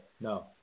No